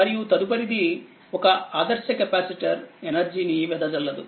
మరియు తదుపరిది ఒక ఆదర్శ కెపాసిటర్ ఎనర్జీ ని వెదజల్లదు